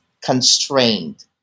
constrained